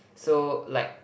so like